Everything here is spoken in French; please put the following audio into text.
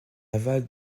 aval